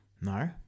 No